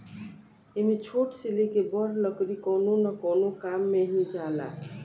एमे छोट से लेके बड़ लकड़ी कवनो न कवनो काम मे ही जाला